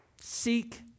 Seek